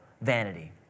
vanity